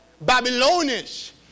Babylonish